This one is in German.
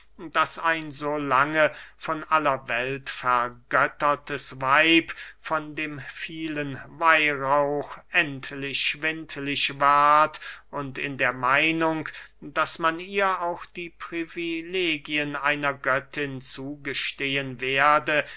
daß ein so lange von aller welt vergöttertes weib von dem vielen weihrauch endlich schwindlicht ward und in der meinung daß man ihr auch die privilegien einer göttin zugestehen werde